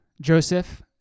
Joseph